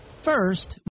First